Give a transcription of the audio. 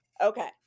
okay